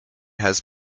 has